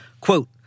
Quote